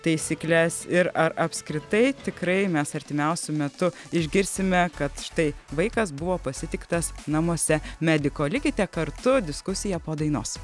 taisykles ir ar apskritai tikrai mes artimiausiu metu išgirsime kad štai vaikas buvo pasitiktas namuose mediko likite kartu diskusija po dainos